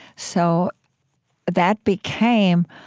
so that became,